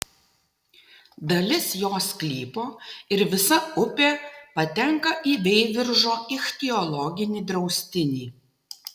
dalis jo sklypo ir visa upė patenka į veiviržo ichtiologinį draustinį